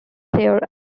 player